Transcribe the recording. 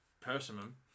persimmon